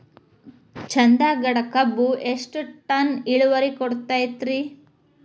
ಚಂದಗಡ ಕಬ್ಬು ಎಷ್ಟ ಟನ್ ಇಳುವರಿ ಕೊಡತೇತ್ರಿ?